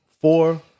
four